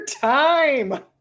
time